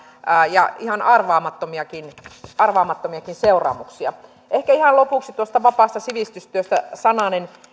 ja ihan arvaamattomiakin arvaamattomiakin seuraamuksia ehkä ihan lopuksi vapaasta sivistystyöstä sananen